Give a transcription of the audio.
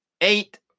eight